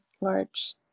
large